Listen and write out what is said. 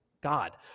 God